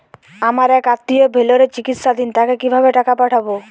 আমার এক আত্মীয় ভেলোরে চিকিৎসাধীন তাকে কি ভাবে টাকা পাঠাবো?